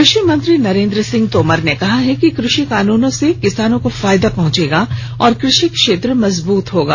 कृषि मंत्री नरेन्द्र सिंह तोमर ने कहा है कि कृषि कानूनों से किसानों को फायदा पहुंचेगा और कृषि क्षेत्र मजबूत होगा